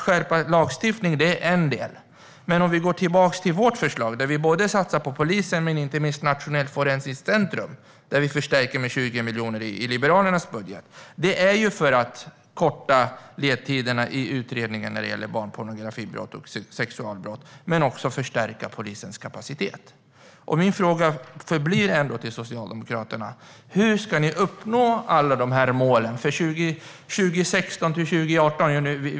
Skärpt lagstiftning är alltså en del. Men låt oss gå tillbaka till vårt förslag, där vi satsar på polisen men inte minst på Nationellt forensiskt centrum, som vi i Liberalernas budget förstärker med 20 miljoner. Detta gör vi för att förkorta ledtiderna i utredningar gällande barnpornografibrott och sexualbrott, men också för att förstärka polisens kapacitet. Min fråga till Socialdemokraterna förblir ändå: Hur ska ni uppnå alla dessa mål för 2016-2018?